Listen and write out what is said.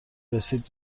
رسید